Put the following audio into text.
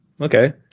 okay